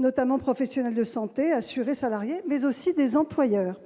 c'est-à-dire des professionnels de santé, des assurés salariés, mais aussi des employeurs.